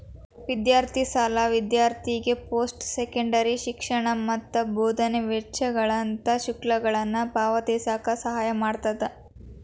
ವಿದ್ಯಾರ್ಥಿ ಸಾಲ ವಿದ್ಯಾರ್ಥಿಗೆ ಪೋಸ್ಟ್ ಸೆಕೆಂಡರಿ ಶಿಕ್ಷಣ ಮತ್ತ ಬೋಧನೆ ವೆಚ್ಚಗಳಂತ ಶುಲ್ಕಗಳನ್ನ ಪಾವತಿಸಕ ಸಹಾಯ ಮಾಡ್ತದ